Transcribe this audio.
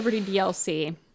DLC